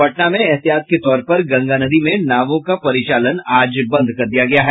पटना में एहतियात के तौर पर गंगा नदी में नावों का परिचालन आज बंद कर दिया गया है